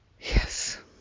yes